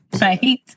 Right